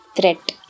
Threat